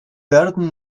werden